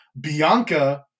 Bianca